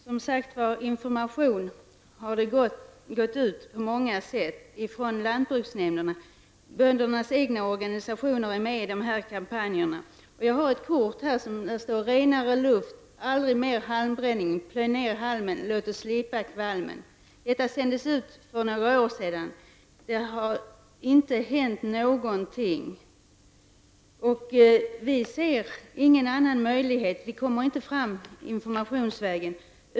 Fru talman! Information har som sagt gått ut på många sätt ifrån lantbruksnämnderna. Böndernas egna organisationer är med i de här kampanjerna. Jag har här ett kort där det står: Renare luft. Aldrig mer halmbränning. Plöj ner halmen, låt oss slippa kvalmen. Detta kort sändes ut för några år sedan. Det har inte hänt någonting. Vi kommer inte fram informationsvägen.